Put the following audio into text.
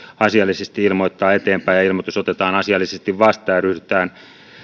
asiallisesti ilmoittaa eteenpäin ja ilmoitus otetaan asiallisesti vastaan ja ryhdytään